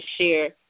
share